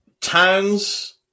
Towns